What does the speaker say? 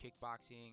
kickboxing